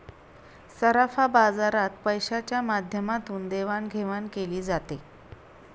सराफा बाजारात पैशाच्या माध्यमातून देवाणघेवाण केली जाते